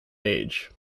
age